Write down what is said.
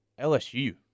LSU